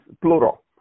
plural